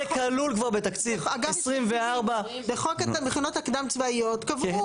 כלול כבר בתקציב 24'. בחוק המכינות הקדם צבאיות קבעו